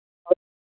आओर